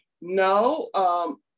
no